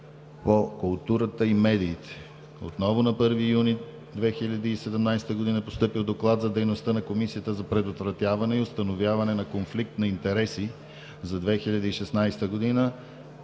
Комисията за предотвратяване и установяване на конфликт на интереси за 2016 г.